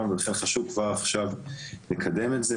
--- חשוב כבר עכשיו לקדם את זה.